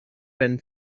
been